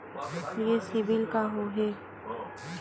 ये सीबिल का होथे?